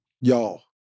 y'all